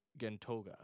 Gentoga